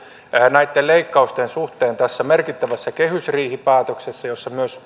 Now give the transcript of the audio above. näitten leikkausten suhteen tässä merkittävässä kehysriihipäätöksessä jossa myös